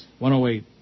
108